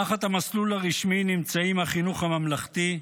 תחת המסלול הרשמי נמצאים החינוך הממלכתי,